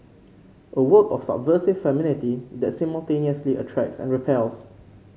a work of subversive femininity that simultaneously attracts and repels